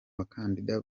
bakandida